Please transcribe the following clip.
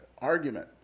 argument